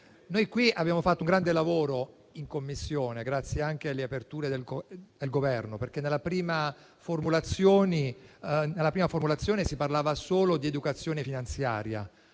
Noi qui abbiamo fatto un grande lavoro in Commissione, grazie anche alle aperture del Governo, perché nella prima formulazione si parlava solo di educazione finanziaria,